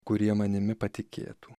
kurie manimi patikėtų